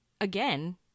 again